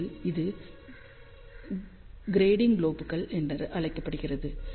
உண்மையில் இது கிராட்டிங் லோப்கள் என்று அழைக்கப்படுகிறது